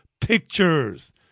pictures